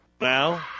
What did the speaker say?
now